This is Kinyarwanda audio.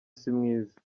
simwiza